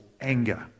anger